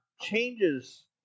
changes